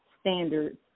standards